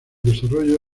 desarrollo